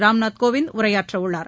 Ramnath Kovind உரையாறறவுள்ளார்